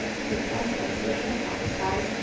he gets sensations from sights,